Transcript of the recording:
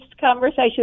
conversation